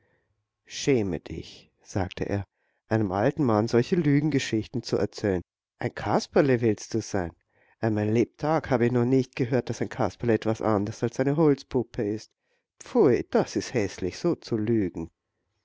schäme dich rief er einem alten mann solche lügengeschichten zu erzählen ein kasperle willst du sein ei mein lebtag habe ich noch nicht gehört daß ein kasperle etwas anderes als eine holzpuppe ist pfui ist das häßlich so zu lügen